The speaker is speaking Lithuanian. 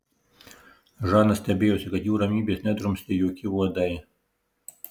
žana stebėjosi kad jų ramybės nedrumstė jokie uodai